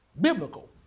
biblical